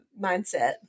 mindset